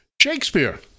Shakespeare